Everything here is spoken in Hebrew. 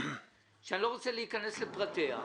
שאני לא רוצה להיכנס לפרטיה,